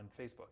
facebook